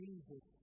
Jesus